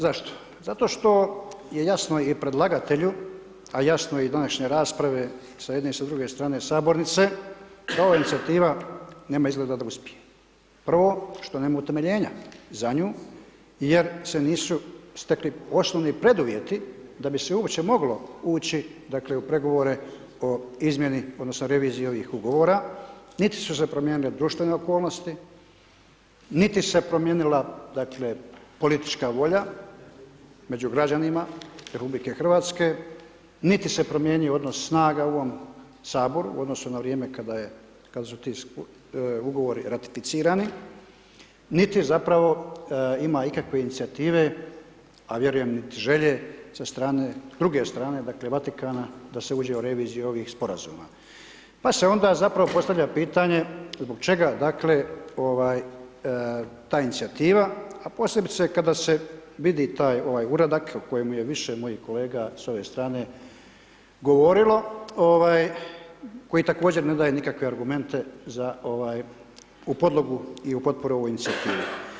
Zašto, zato što je jasno i predlagatelju, a jasno je i u današnje rasprave, s jedne i s druge strane sabornice, da ova inicijativa nema izgleda da uspije, prvo što nema utemeljenja za nju, jer se nisu stekli osnovni preduvjeti, da bi se uopće moglo ući u pregovore o izmjeni, odnosno, reviziji ovih ugovora, niti su se promijenile društvene okolnosti, niti se je promijenila politička volja među građanima RH niti se je promijenio odnos snaga u ovom Saboru u odnosu na vrijeme kada je … ugovori ratificirani, niti zapravo ima ikakve inicijative a vjerujem niti želje sa strane, druge strane, dakle, Vatikana da se uđe u reviziju ovih sporazuma, pa se onda zapravo postavlja pitanje zbog čega, dakle, ta inicijativa, a posebice kada se vidi taj uradak, o kojemu je više mojih kolega s ove strane govorilo, koji također ne daje nikakve argumente za, u podlogu i u potporu ovoj inicijativi.